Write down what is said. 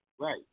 Right